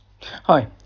Hi